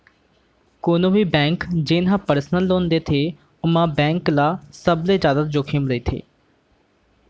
कोनो भी बेंक जेन ह परसनल लोन देथे ओमा बेंक ल सबले जादा जोखिम रहिथे